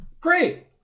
Great